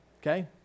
okay